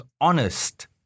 honest